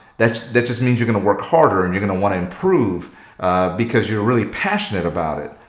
that that just means you're gonna work harder and you're gonna want to improve because you're really passionate about it.